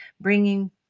bringing